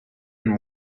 and